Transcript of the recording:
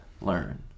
learn